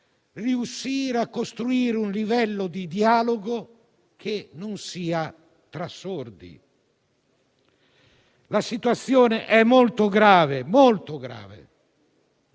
riuscire a costruire un livello di dialogo che non sia tra sordi. La situazione è davvero molto grave,